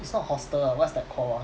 it's not hostel lah what's that called ah